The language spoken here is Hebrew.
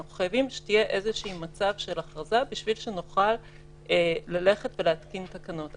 אנחנו חייבים שיהיה איזשהו מצב של הכרזה כדי שנוכל להתקין תקנות.